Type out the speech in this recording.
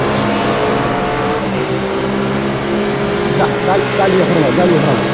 देह दा दालियाफोरालाय दालिफोरालाय